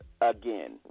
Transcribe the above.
again